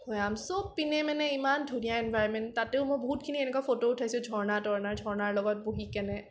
ভৈয়াম চবপিনে মানে ইমান ধুনীয়া এনভাৰ্ণমেন্ট তাতেও মই বহুতখিনি এনেকুৱা ফটো উঠাইছো ঝৰ্ণা তৰ্ণা ঝৰ্ণাৰ লগত বহিকেনে